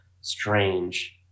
strange